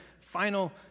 final